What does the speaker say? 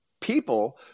people